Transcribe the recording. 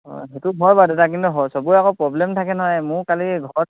অঁ সেইটো হয় বাও দাদা কিন্তু হয় চবৰে আকৌ প্ৰব্লেম থাকে নহয় মোৰো কালি ঘৰত